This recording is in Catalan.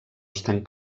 estan